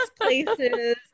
places